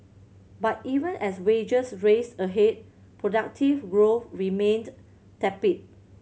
but even as wages raced ahead productivity growth remained tepid